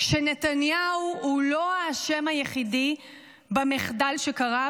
שנתניהו הוא לא האשם היחידי במחדל שקרה,